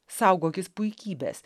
saugokis puikybės